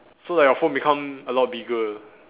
so like your phone become a lot bigger